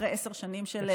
אחרי עשר שנים של עיכוב.